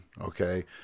Okay